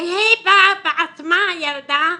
והיא באה בעצמה, הילדה,